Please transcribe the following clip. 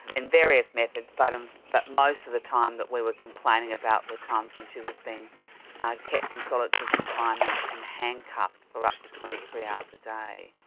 in various methods, but um most of the time that we were complaining about were times when she was being kept in solitary confinement and handcuffed for up to twenty three hours a day.